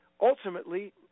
ultimately